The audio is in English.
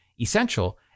essential